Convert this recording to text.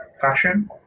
fashion